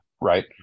right